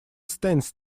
stands